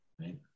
right